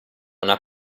una